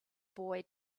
boy